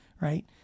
right